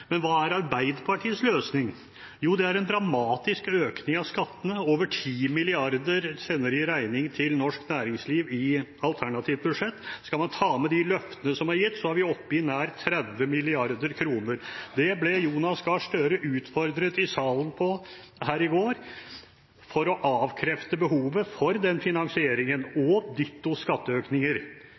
Men hva er Arbeiderpartiets løsning? Jo, det er en dramatisk økning av skattene. Over 10 mrd. kr sender de som regning til norsk næringsliv i alternativt budsjett. Skal man ta med de løftene som er gitt, er vi oppe i nær 30 mrd. kr. Det ble Jonas Gahr Støre utfordret på her i salen i går, for å avkrefte behovet for den finansieringen og